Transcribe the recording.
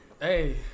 Hey